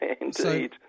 indeed